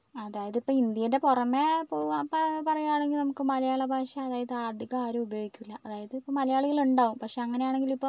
അതായത് ഇപ്പോൾ ഇന്ത്യന്റെ പുറമേ പോവ പ പറയുവാണെങ്കിൽ നമുക്ക് മലയാള ഭാഷ അതായത് അധികം ആരും ഉപയോഗിക്കില്ല അതായത് മലയാളികൾ ഉണ്ടാവും പക്ഷേ അങ്ങനെ ആണെങ്കിലും ഇപ്പോൾ